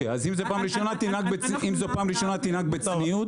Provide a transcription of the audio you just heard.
אם זו פעם ראשונה תנהג בצניעות.